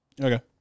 Okay